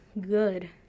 good